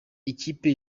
ikipe